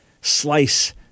slice